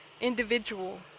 individual